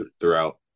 throughout